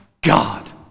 God